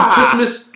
Christmas